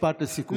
משפט לסיכום.